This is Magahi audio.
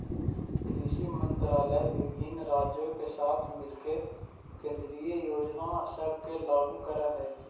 कृषि मंत्रालय विभिन्न राज्यों के साथ मिलके केंद्रीय योजना सब के लागू कर हई